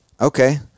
okay